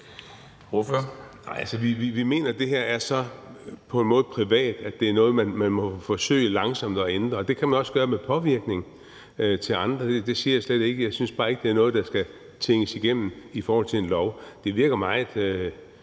vi mener, at det her på en måde er så privat, at det er noget, man må forsøge langsomt at ændre, og det kan man også gøre med en påvirkning af andre. Det siger jeg slet ikke at man ikke kan. Jeg synes bare ikke, det er noget, der skal tænkes igennem i forhold til en lov. Det virker meget